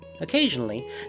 Occasionally